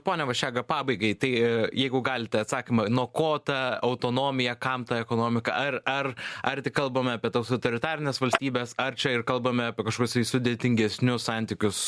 pone vaščega pabaigai tai jeigu galite atsakymą nuo ko ta autonomija kam ta ekonomika ar ar ar tik kalbame apie tas autoritarines valstybes ar čia ir kalbame apie kažkokius sudėtingesnius santykius